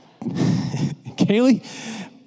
Kaylee